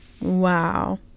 wow